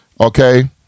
Okay